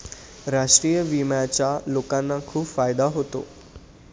राष्ट्रीय विम्याचा लोकांना खूप फायदा होतो